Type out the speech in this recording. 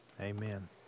Amen